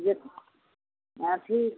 जे अथी